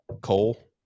Cole